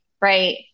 Right